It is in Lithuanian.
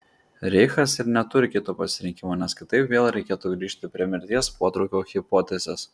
reichas ir neturi kito pasirinkimo nes kitaip vėl reikėtų grįžti prie mirties potraukio hipotezės